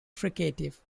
fricative